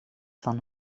van